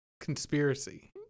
conspiracy